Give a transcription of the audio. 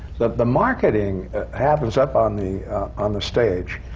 the the marketing happens up on the on the stage.